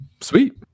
sweet